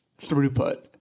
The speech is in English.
throughput